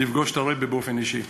לפגוש את הרעבע באופן אישי,